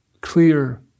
clear